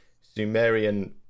Sumerian